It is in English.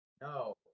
No